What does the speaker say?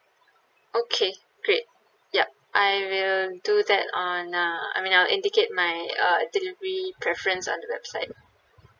okay great ya I will do that on uh I mean I'll indicate my uh delivery preference on the website